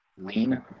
lean